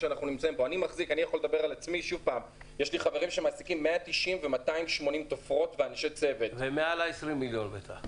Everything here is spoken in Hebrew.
יש לי חברים שמעסיקים 200 עובדים ---\ והכנסה מעל 20 מיליון.